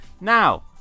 Now